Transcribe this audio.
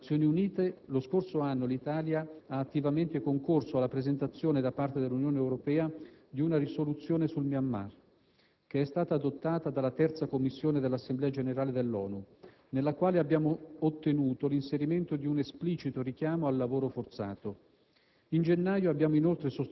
In ambito Nazioni Unite, lo scorso anno l'Italia ha attivamente concorso alla presentazione da parte della Unione Europea di una risoluzione su Myanmar, che è stata adottata dalla terza Commissione dell'Assemblea generale dell'ONU, nella quale abbiamo ottenuto l'inserimento di un esplicito richiamo al lavoro forzato.